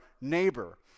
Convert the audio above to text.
neighbor